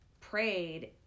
prayed